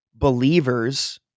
believers